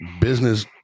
business